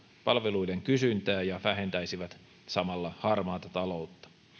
palveluiden kysyntää ja vähentäisivät samalla harmaata taloutta